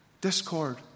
Discord